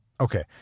Okay